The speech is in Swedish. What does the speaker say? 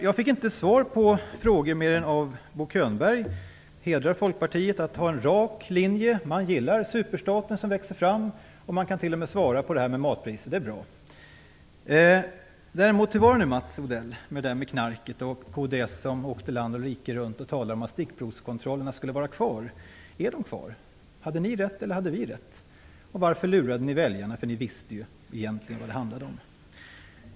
Jag fick inte svar på mina frågor mer än av Bo Könberg. Det hedrar Folkpartiet att ha en rak linje. Man gillar superstaten som växer fram, och man kan t.o.m. svara på frågor om matpriserna. Det är bra. Men hur var det nu med knarket och stickprovskontrollerna, Mats Odell? Kds åkte ju land och rike runt och talade om att stickprovskontrollerna skulle vara kvar. Är de kvar? Hade ni rätt? Eller hade vi rätt? Varför lurade ni väljarna? Ni visste ju egentligen vad det handlade om.